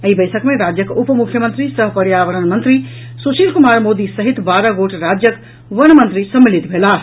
एहि बैसक मे राज्यक उप मुख्यमंत्री सह पर्यावरण मंत्री सुशील कुमार मोदी सहित बारह गोट राज्यक वन मंत्री सम्मिलित भेलाह